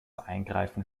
eingreifen